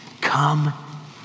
Come